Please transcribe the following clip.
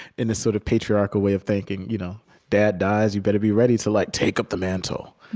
in this sort of patriarchal way of thinking, you know dad dies you better be ready to like take up the mantle.